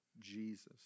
Jesus